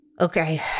okay